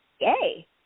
yay